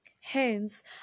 Hence